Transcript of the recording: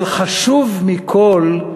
אבל חשוב מכול,